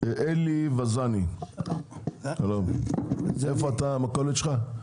אלי וזאני, בבקשה, איפה המכולת שלך?